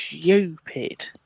Stupid